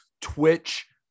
Twitch